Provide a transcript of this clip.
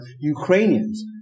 Ukrainians